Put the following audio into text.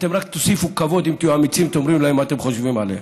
אתם רק תוסיפו כבוד אם תהיו אמיצים ותאמרו להם מה אתם חושבים עליהם.